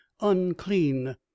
unclean